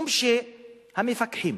המפקחים,